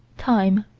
time,